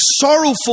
sorrowful